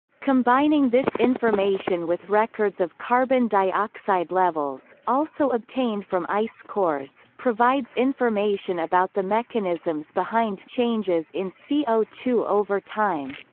combining this information with records of carbon dioxide levels, also obtained from ice cores, provides information about the mechanisms behind changes in c o two over time.